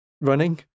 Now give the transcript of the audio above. running